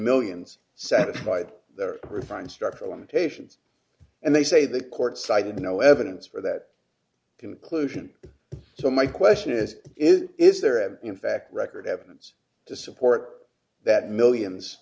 millions satisfied there are fine structural limitations and they say the court cited no evidence for that conclusion so my question is is is there in fact record evidence to support that millions